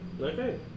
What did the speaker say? okay